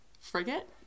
Frigate